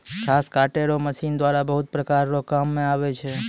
घास काटै रो मशीन द्वारा बहुत प्रकार रो काम मे आबै छै